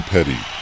Petty